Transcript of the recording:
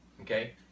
Okay